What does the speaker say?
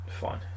fine